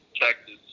Texas